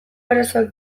arazoak